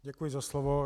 Děkuji za slovo.